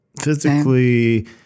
physically